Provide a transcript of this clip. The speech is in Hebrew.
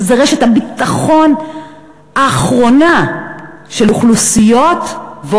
וזו רשת הביטחון האחרונה של האוכלוסיות החלשות ביותר,